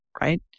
right